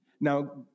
Now